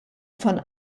von